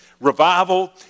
Revival